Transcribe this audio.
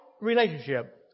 relationship